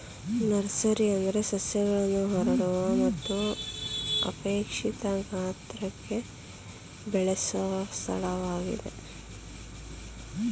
nursery ಅಂದ್ರೆ ಸಸ್ಯಗಳನ್ನು ಹರಡುವ ಮತ್ತು ಅಪೇಕ್ಷಿತ ಗಾತ್ರಕ್ಕೆ ಬೆಳೆಸೊ ಸ್ಥಳವಾಗಯ್ತೆ